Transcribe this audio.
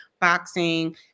boxing